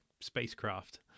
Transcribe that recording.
spacecraft